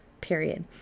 Period